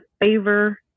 favor